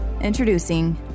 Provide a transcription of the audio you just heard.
Introducing